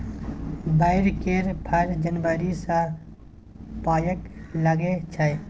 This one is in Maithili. बैर केर फर जनबरी सँ पाकय लगै छै